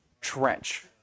trench